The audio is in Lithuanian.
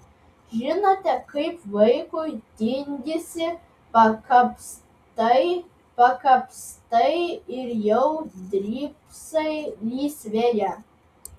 žinote kaip vaikui tingisi pakapstai pakapstai ir jau drybsai lysvėje